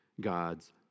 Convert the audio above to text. God's